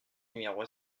numéro